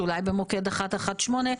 שאולי במוקד 118,